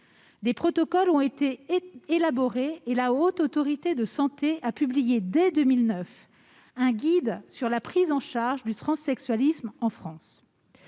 Des protocoles ont été élaborés, et la Haute Autorité de santé a publié dès 2009 un guide sur la prise en charge du transsexualisme en France.